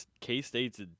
K-State's